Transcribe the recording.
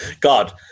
God